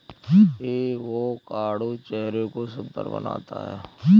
avocado चेहरे को सुंदर बनाता है